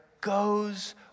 goes